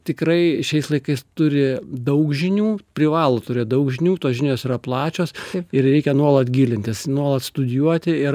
tikrai šiais laikais turi daug žinių privalo turėt daug žinių tos žinios yra plačios ir reikia nuolat gilintis nuolat studijuoti ir